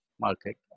market